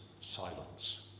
silence